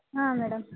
ಹಾಂ ಮೇಡಮ್